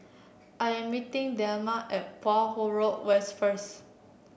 I'm meeting Delmas at Poh Huat Road West first